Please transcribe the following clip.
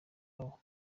babo